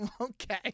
Okay